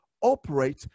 operate